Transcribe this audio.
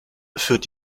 führt